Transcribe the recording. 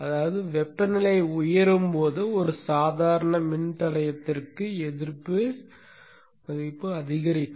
அதாவது வெப்பநிலை உயரும் போது ஒரு சாதாரண மின்தடையத்திற்கு எதிர்ப்பு மதிப்பு அதிகரிக்கும்